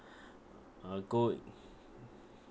uh go